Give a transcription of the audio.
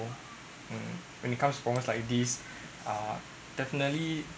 mm when it comes forums like this are definitely